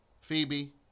Phoebe